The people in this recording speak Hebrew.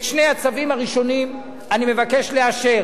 את שני הצווים הראשונים אני מבקש לאשר,